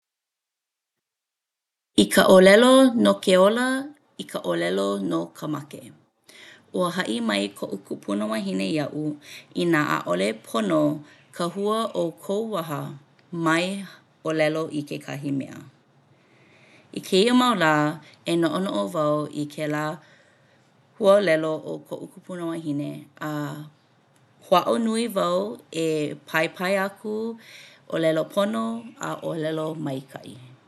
I ka ʻōlelo no ke ola, i ka ʻōlelo no ka make. Ua haʻi mai koʻu kupunawahine iaʻu inā ʻaʻole pono ka hua o kou waha mai ʻōlelo i kekahi mea. I kēia mau lā, e noʻonoʻo wau i kēlā ʻōlelo o koʻu kupunawahine a hōʻaʻo nui wau e paipai aku, ʻōlelo pono a ʻōlelo maikaʻi.